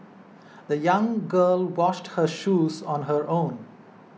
the young girl washed her shoes on her own